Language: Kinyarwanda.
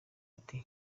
ati